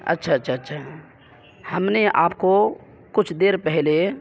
اچّھا اچّھا اچّھا ہم نے آپ کو کچھ دیر پہلے